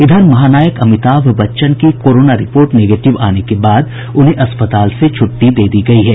इधर महानायक अमिताभ बच्चन की कोरोना रिपोर्ट निगेटिव आने के बाद उन्हें अस्पताल से छुट्टी दे दी गयी है